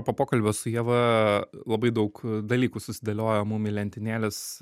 po pokalbio su ieva labai daug dalykų susidėliojo mum į lentynėles